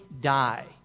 die